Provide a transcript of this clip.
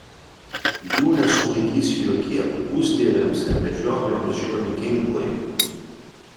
jų nesulaikys jokie pusdieviams ir medžiotojoms žinomi ginklai